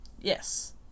yes